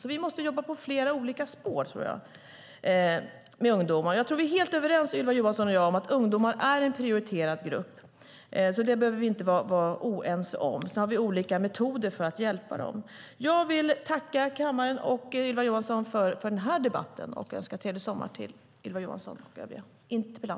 Vi måste alltså jobba på flera olika spår, tror jag, med ungdomar. Jag tror att Ylva Johansson och jag är helt överens om att ungdomar är en prioriterad grupp. Sedan har vi olika metoder för att hjälpa dem. Jag vill tacka kammaren och Ylva Johansson för den här debatten och önska henne och övriga ledamöter en trevlig sommar.